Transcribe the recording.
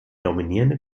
dominierende